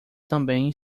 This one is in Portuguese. também